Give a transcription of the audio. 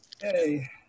Hey